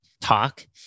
talk